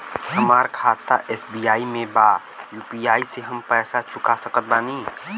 हमारा खाता एस.बी.आई में बा यू.पी.आई से हम पैसा चुका सकत बानी?